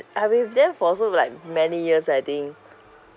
I've been with them for also like many years I think